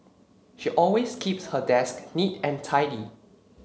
she always keeps her desk neat and tidy